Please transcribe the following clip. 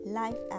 life